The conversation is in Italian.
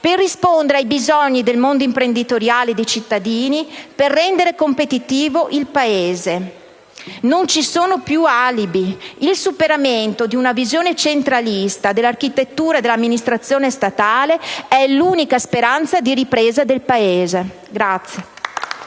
per rispondere ai bisogni del mondo imprenditoriale e dei cittadini, per rendere competitivo il Paese. Non ci sono più alibi: il superamento di una visione centralista dell'architettura e dell'amministrazione statale è l'unica speranza di ripresa del Paese. *(Applausi